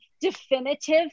definitive